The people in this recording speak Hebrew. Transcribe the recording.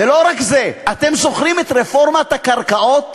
ולא רק זה, אתם זוכרים את רפורמת הקרקעות?